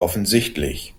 offensichtlich